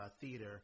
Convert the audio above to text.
theater